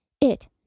It